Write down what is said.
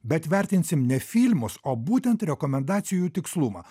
bet vertinsim ne filmus o būtent rekomendacijų tikslumą